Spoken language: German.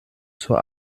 zur